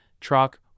truck